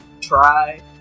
try